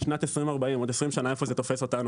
שנת 2040, עוד 20 שנה, איפה זה תופס אותנו.